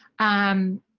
um,